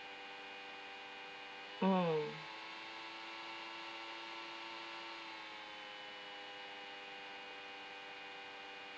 mm